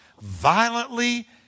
violently